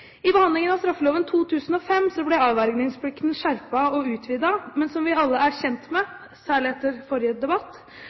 I behandlingen av straffeloven 2005 ble avvergingsplikten skjerpet og utvidet, men som vi alle er kjent med,